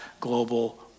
global